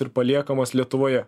ir paliekamas lietuvoje